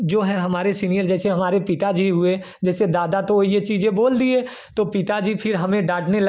जो है हमारे सीनियर जैसे हमारे पिताजी हुए जैसे दादा तो यह चीज़ें बोल दिए तो पिताजी फ़िर हमें डाँटने ल